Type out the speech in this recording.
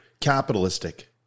capitalistic